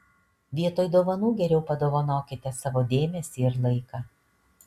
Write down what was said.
vietoj dovanų geriau padovanokite savo dėmesį ir laiką